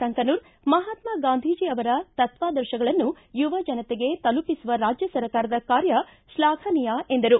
ಸಂಕನೂರ ಮಹಾತ್ನ ಗಾಂಧೀಜಿ ಅವರ ತತ್ವಾದರ್ಶಗಳನ್ನು ಯುವ ಜನತೆಗೆ ತಲುಪಿಸುವ ರಾಜ್ಯ ಸರ್ಕಾರದ ಕಾರ್ಯ ಶ್ಲಾಘನೀಯ ಎಂದರು